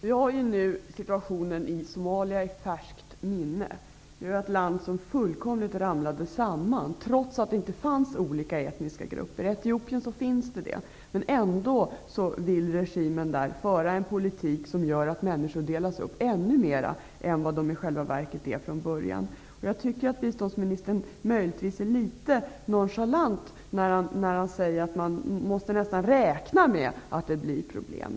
Herr talman! Vi har ju situationen i Somalia i färskt minne, ett land som fullkomligt ramlade samman trots att det där inte fanns olika etniska grupper. I Etiopien finns det sådana. Ändå vill regimen i Etiopien föra en politik, som gör att människor delas upp ännu mer än de i själva verket är uppdelade från början. Jag tycker att biståndsministern möjligtvis är litet nonchalant, när han säger att man nästan måste räkna med att det blir problem.